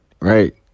right